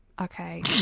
Okay